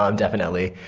um definitely.